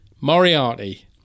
Moriarty